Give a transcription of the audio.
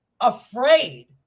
afraid